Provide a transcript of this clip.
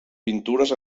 pintures